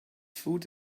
food